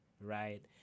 right